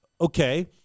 Okay